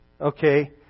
okay